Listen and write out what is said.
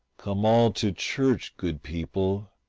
come all to church, good people,